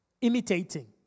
imitating